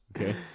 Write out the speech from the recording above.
Okay